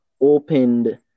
opened